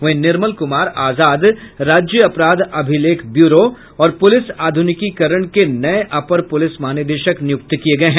वहीं निर्मल कुमार आजाद राज्य अपराध अभिलेख ब्यूरो और पुलिस आधुनिकीकरण के नये अपर पुलिस महानिदेशक नियुक्त किये गये हैं